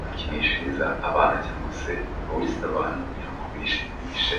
bakinishiriza abana cyangwa se bahuriza abana kugira ngo bishimishe.